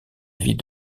vie